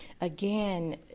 Again